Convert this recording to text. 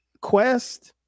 Quest